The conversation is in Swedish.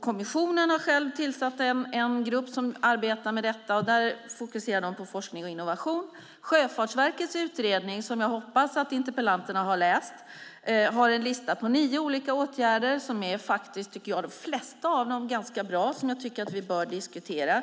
Kommissionen har själv tillsatt en grupp som arbetar med detta, och där fokuserar de på forskning och innovation. Sjöfartsverkets utredning, som jag hoppas att interpellanten har läst, har en lista på nio olika åtgärder. Jag tycker att de flesta av dem är ganska bra, och vi bör diskutera dem.